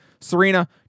Serena